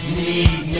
need